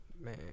man